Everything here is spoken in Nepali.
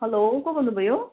हेलो को बोल्नु भयो